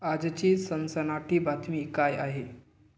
आजची सनसनाटी बातमी काय आहे